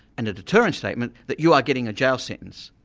and a deterrence statement that you are getting a jail sentence,